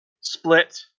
Split